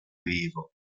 vivo